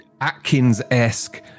Atkins-esque